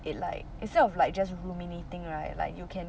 it like instead of like just ruminating right like you can